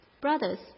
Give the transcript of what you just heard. Brothers